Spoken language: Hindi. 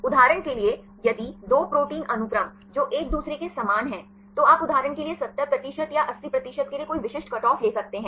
उदाहरण के लिए यदि दो प्रोटीन अनुक्रम जो एक दूसरे के समान हैं तो आप उदाहरण के लिए 70 प्रतिशत या 80 प्रतिशत के लिए कोई विशिष्ट कटऑफ ले सकते हैं